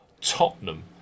Tottenham